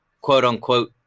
quote-unquote